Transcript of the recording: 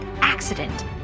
accident